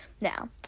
Now